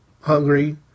hungry